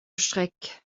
schreck